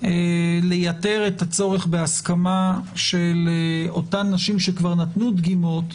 לייתר את הצורך בהסכמה של אותן נשים שכבר נתנו דגימות,